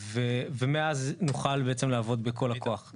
ומאז נוכל בעצם לעבוד בכל הכוח.